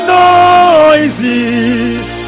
noises